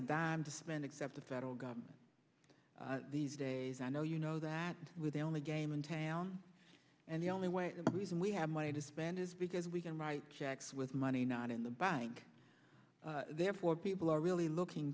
a dime to spend except the federal government these days i know you know that with the only game in town and the only way to reason we have money to spend is because we can write checks with money not in the bank therefore people are really looking